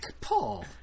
Paul